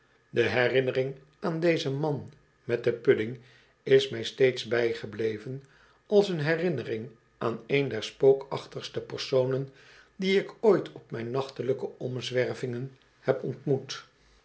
de herinnering aan dezen man met den pudding is mn steeds bijgebleven als een herinnering aan een der spookachtigste personen die ik ooit op mijne nachtelijke omzwervingen heb ontmoet